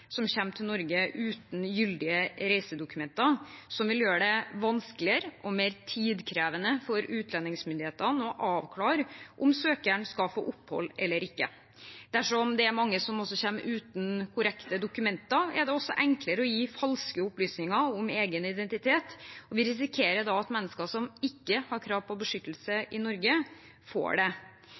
som kommer til Norge uten gyldige reisedokumenter, noe som gjør det vanskeligere og mer tidkrevende for utlendingsmyndighetene å avklare om søkeren skal få opphold eller ikke. Dersom det er mange som kommer uten korrekte dokumenter, er det også enklere å gi falske opplysninger om egen identitet, og vi risikerer da at mennesker som ikke har krav på beskyttelse i Norge, får det.